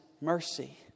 mercy